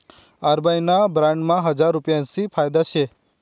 RBI ना बॉन्डमा हजार रुपयासनी मर्यादा शे